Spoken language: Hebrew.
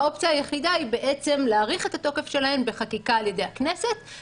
האופציה היחידה היא בעצם להאריך את התוקף שלהן בחקיקה על ידי הכנסת.